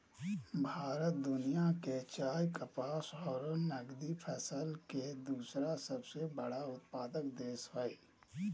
भारत दुनिया के चाय, कपास आरो नगदी फसल के दूसरा सबसे बड़ा उत्पादक देश हई